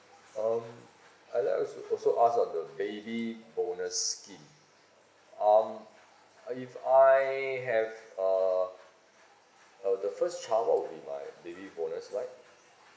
um I'd like also also ask on the baby bonus scheme um if I have a uh the first child what will be baby bonus like